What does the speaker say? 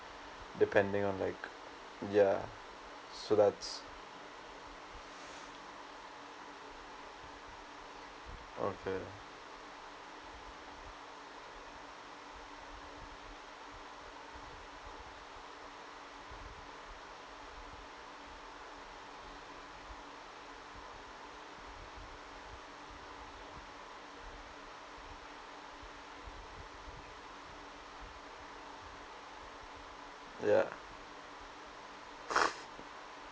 depending on like ya so that's okay yeah